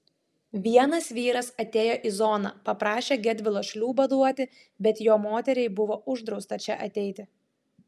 vienas vyras atėjo į zoną paprašė gedvilo šliūbą duoti bet jo moteriai buvo uždrausta čia ateiti